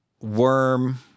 Worm